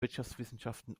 wirtschaftswissenschaften